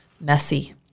messy